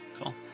cool